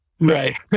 Right